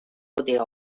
botiga